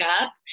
up